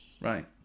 Right